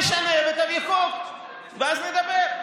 תשנה ותביא חוק ואז נדבר.